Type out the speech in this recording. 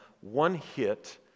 one-hit